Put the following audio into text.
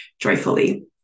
joyfully